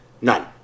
None